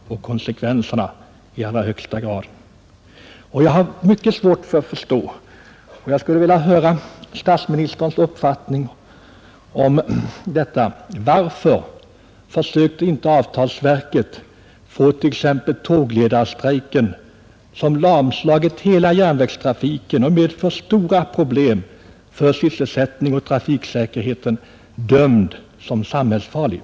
Jag skulle vilja höra statsministerns uppfattning om en sak som jag har mycket svårt att förstå: Varför försökte inte avtalsverket få t.ex. tågledarstrejken, som lamslagit hela järnvägstrafiken och medfört stora problem för sysselsättningen och trafiksäkerheten, bedömd som samhällsfarlig?